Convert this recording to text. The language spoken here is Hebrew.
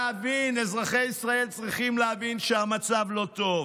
אזרחי ישראל צריכים להבין שהמצב הוא לא טוב.